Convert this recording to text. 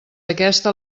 aquesta